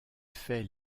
faits